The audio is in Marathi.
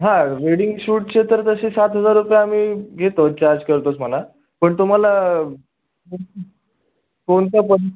हां वेडिंग शूटचे तर तसे सात हजार रुपये आम्ही घेतो चार्ज करतोच म्हणा पण तुम्हाला कोणतं पण